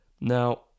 Now